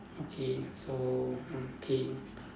okay so okay